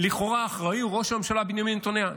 לכאורה האחראי הוא ראש הממשלה בנימין נתניהו.